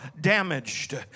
damaged